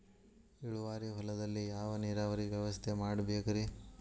ಇಳುವಾರಿ ಹೊಲದಲ್ಲಿ ಯಾವ ನೇರಾವರಿ ವ್ಯವಸ್ಥೆ ಮಾಡಬೇಕ್ ರೇ?